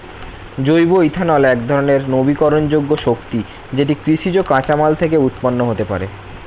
জৈব ইথানল একধরণের নবীকরণযোগ্য শক্তি যেটি কৃষিজ কাঁচামাল থেকে উৎপন্ন হতে পারে